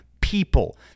people